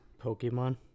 Pokemon